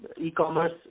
E-commerce